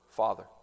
Father